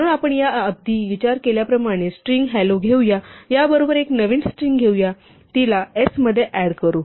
म्हणून आपण याआधी विचार केल्याप्रमाणे स्ट्रिंग hello घेऊया याबरोबर एक नवीन स्ट्रिंग घेऊन तिला s मध्ये ऍड करू